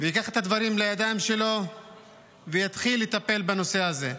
וייקח את הדברים לידיים שלו ויתחיל לטפל בנושא הזה.